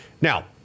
Now